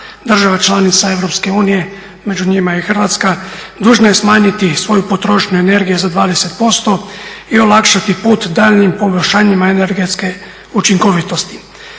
država članica EU, među njima i Hrvatska, dužna je smanjiti svoju potrošnju energije za 20% i olakšati put daljnjim poboljšanjima energetske učinkovitosti.